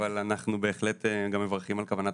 אבל אנחנו בהחלט גם מברכים על כוונת